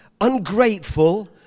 ungrateful